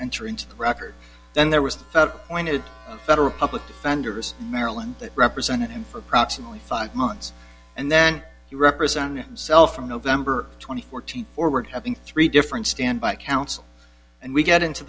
enter into the record then there was pointed federal public defenders maryland that represented him for approximately five months and then he represented himself from november twenty fourth forward having three different standby counsel and we get into